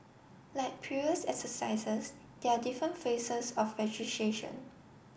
like previous exercises there are different phases of registration